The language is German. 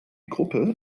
gruppe